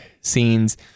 scenes